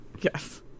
Yes